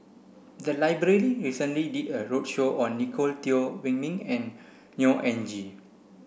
the library recently did a roadshow on Nicolette Teo Wei Min and Neo Anngee